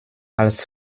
als